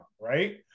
right